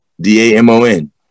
D-A-M-O-N